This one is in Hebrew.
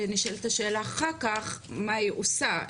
נשאלת השאלה אח"כ מה היא עושה.